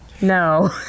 no